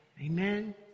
Amen